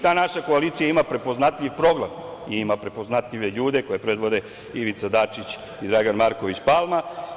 Ta naša koalicija ima prepoznatljiv program, ima prepoznatljive ljude koji predvode Ivica Dačić i Dragan Marković Palma.